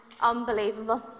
unbelievable